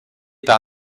par